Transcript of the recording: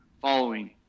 Following